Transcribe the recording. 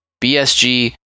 BSG